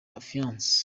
confiance